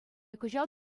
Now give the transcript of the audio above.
кӑҫал